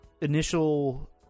initial